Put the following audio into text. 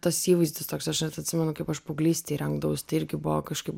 tas įvaizdis toks aš net atsimenu kaip aš paauglystėj rengdavaus tai irgi buvo kažkaip